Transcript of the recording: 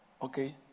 Okay